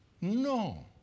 No